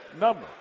number